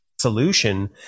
solution